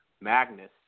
Magnus